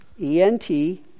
E-N-T